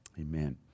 Amen